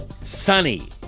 Sunny